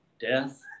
death